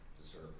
deserve